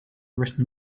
written